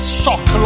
shock